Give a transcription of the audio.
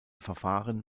verfahren